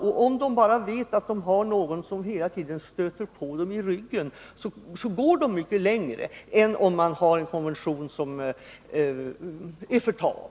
Om de bara vet att de har någon som hela tiden stöter på dem i ryggen, går de mycket längre än om konventionen är för tam.